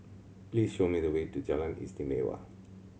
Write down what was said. please show me the way to Jalan Istimewa